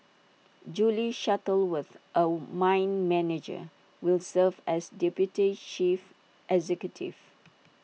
Julie Shuttleworth A mine manager will serve as deputy chief executive